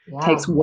takes